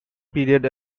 period